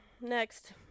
Next